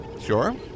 Sure